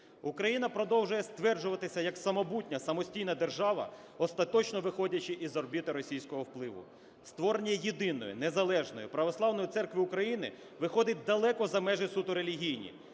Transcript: Україна продовжує стверджуватися як самобутня самостійна держава, остаточно виходячи із орбіти російського впливу. Створення єдиної незалежної Православної Церкви України виходить далеко за межі суто релігійні.